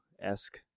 esque